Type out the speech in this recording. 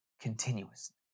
continuously